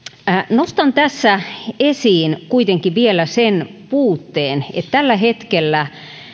nostan tässä kuitenkin vielä esiin sen puutteen että tällä hetkellä